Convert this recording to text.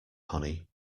honey